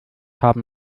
haben